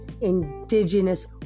indigenous